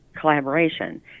collaboration